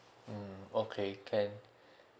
mm okay can